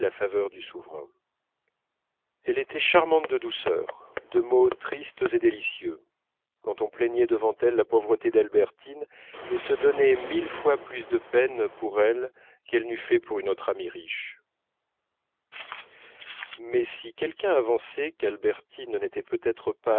faveur du souverain elle était charmante de douceur de mots tristes et délicieux quand on plaignait devant elle la pauvreté d'albertine et se donnait mille fois plus de peine pour elle qu'elle n'eût fait pour une amie riche mais si quelqu'un avançait qu'albertine n'était peut-être pas